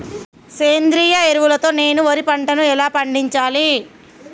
సేంద్రీయ ఎరువుల తో నేను వరి పంటను ఎలా పండించాలి?